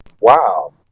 Wow